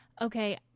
okay